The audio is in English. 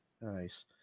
Nice